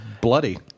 bloody